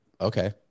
okay